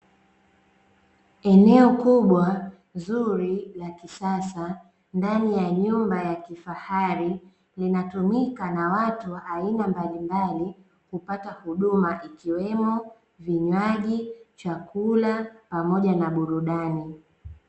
Eneo kubwa zuri la kisasa ndani ya nyumba ya kifahari, linatumika na watu wa aina mbalimbali kupata huduma, ikiwemo kinywaji, chakula pamoja na burudani.